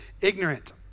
ignorant